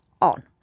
on